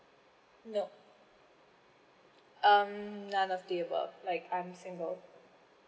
no um none of the above like I'm single